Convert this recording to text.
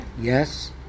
Yes